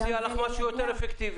אני אציע לך משהו יותר אפקטיבי.